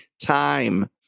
time